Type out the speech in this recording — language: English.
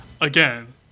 again